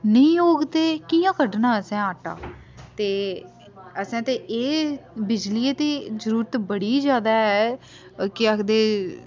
नेईं होग ते कियां कड्ढना असें आटा ते असें ते एह् बिजली दी ते जरूरत बड़ी ज्यादा ऐ केह् आखदे